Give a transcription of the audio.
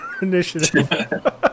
initiative